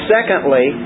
Secondly